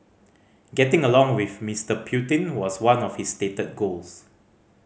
getting along with Mister Putin was one of his stated goals